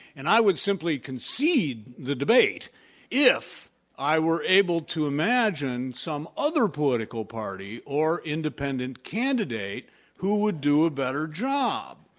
and i would simply concede the debate if i were able to imagine some other political party or independent candidate who would do a better job.